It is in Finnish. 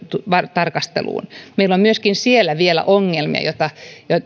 tarkasteluun meillä on siellä myöskin vielä ongelmia